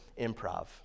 improv